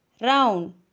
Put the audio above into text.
Round